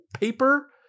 paper